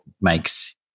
makes